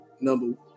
Number